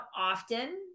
often